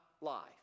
life